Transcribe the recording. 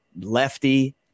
lefty